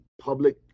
public